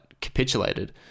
capitulated